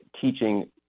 teaching